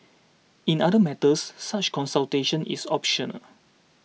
in other matters such consultation is optional